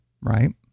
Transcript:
right